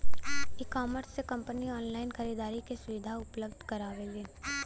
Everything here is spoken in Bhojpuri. ईकॉमर्स से कंपनी ऑनलाइन खरीदारी क सुविधा उपलब्ध करावलीन